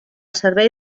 servei